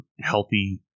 healthy